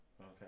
Okay